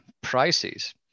prices